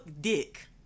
Dick